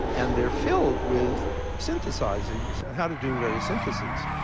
and they're filled with synthesizing how to do various synthesis.